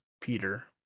Peter